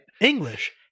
English